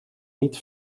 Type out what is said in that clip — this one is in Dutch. niet